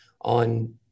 on